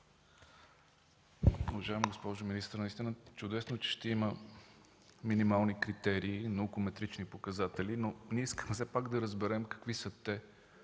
Уважаема госпожо министър, наистина чудесно е, че ще има минимални критерии – научно метрични показатели. Ние искаме все пак да разберем какви са те?